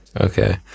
Okay